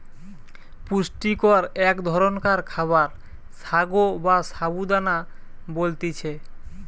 পুষ্টিকর এক ধরণকার খাবার সাগো বা সাবু দানা বলতিছে